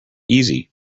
easy